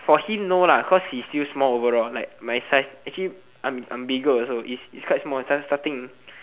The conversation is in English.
for him no lah cause he still small overall like my size actually I'm bigger also is just small size starting